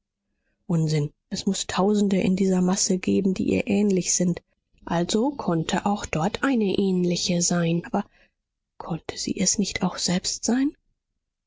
unsinn es muß tausende in dieser masse geben die ihr ähnlich sind also konnte auch dort eine ähnliche sein aber konnte sie es nicht auch selbst sein